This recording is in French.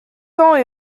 temps